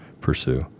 pursue